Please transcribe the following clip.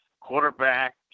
Quarterback